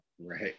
Right